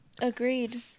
Agreed